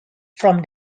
from